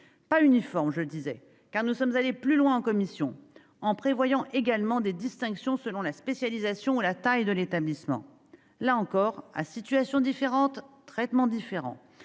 pas uniformes, ensuite, car nous sommes allés plus loin en commission, en prévoyant également des distinctions selon la spécialisation et la taille de l'établissement. À situation différente, traitement différent